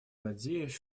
надеюсь